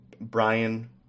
Brian